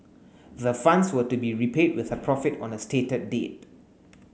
the funds were to be repaid with a profit on a stated date